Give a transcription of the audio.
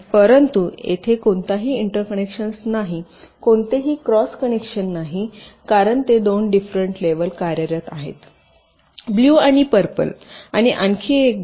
परंतु येथे कोणताही इंटरकनेक्शन्स नाही कोणतेही क्रॉस कनेक्शन नाही कारण ते दोन डिफरेंट लेवल कार्यरत आहेत ब्लू आणि पर्पल आणि आणखी एक गोष्ट